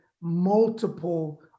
multiple